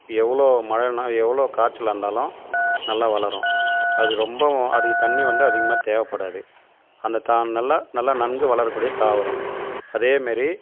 எவ்வளோ மழைனா எவ்வளோ காய்ச்சலா இருந்தாலும் நல்லா வளரும் அதுவும் ரொம்பவும் அதுக்கு தண்ணி வந்து அதிகமாக தேவைப்பாடாது அந்த தா நல்லா நல்லா நன்கு வளர கூடிய தாவரம் அதே மாதிரி